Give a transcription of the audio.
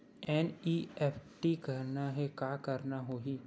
NEFT करना हे का करना होही?